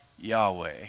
Yahweh